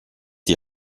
die